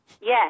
Yes